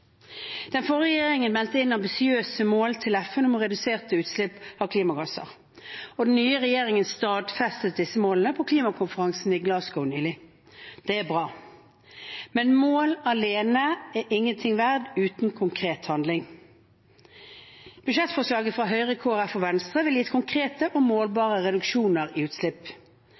Den forrige regjeringen meldte inn ambisiøse mål til FN om reduserte utslipp av klimagasser. Den nye regjeringen stadfestet disse målene på klimakonferansen i Glasgow nylig. Det er bra, men mål alene er ingenting verd uten konkret handling. Budsjettforslaget fra Høyre, Kristelig Folkeparti og Venstre ville gitt konkrete og målbare reduksjoner i utslipp.